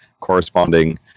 corresponding